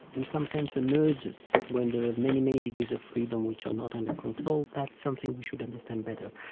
in some sense, emerges when there are many, many degrees of freedom which are not under control? that's something we should understand better.